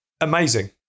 Amazing